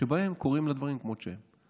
שבהם קוראים לדברים כמו שהם.